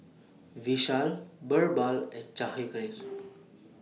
Vishal Birbal and Jahangir